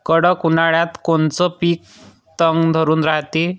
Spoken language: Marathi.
कडक उन्हाळ्यात कोनचं पिकं तग धरून रायते?